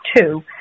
two